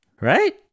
Right